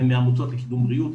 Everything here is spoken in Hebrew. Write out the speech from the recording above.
ומעמותות לקידום בריאות,